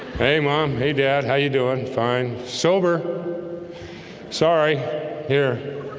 hey mom. hey, dad, how you doing? fine? sober sorry here.